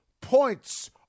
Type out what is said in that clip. points